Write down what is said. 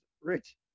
Rich